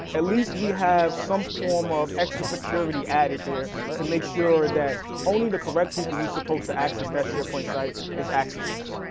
at least we have some form of extra security added there to make sure that only the correct people who're supposed to access that sharepoint site is accessing it.